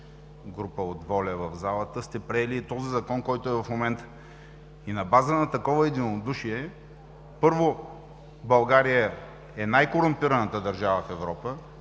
група от „Воля“ в залата, сте приели и този закон, който е в момента и на базата на такова единодушие. Първо, България е най-корумпираната държава в Европа,